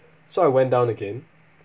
so I went down again